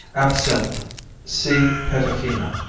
absinthe see petafina.